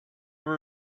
were